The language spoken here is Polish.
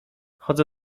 chodzę